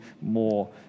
more